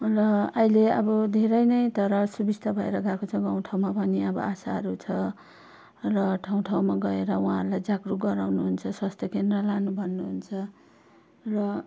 र अहिले अब धेरै नै तर सुविस्ता भएर गएको छ गाउँठाउँमा पनि अब आशाहरू छ र ठाउँठाउँमा गएर उहाँहरूलाई जागरुक गराउनुहुन्छ स्वास्थ्य केन्द्र लानु भन्नुहुन्छ र